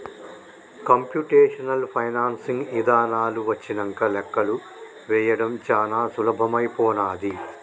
computational financing ఇదానాలు వచ్చినంక లెక్కలు వేయడం చానా సులభమైపోనాది